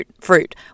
fruit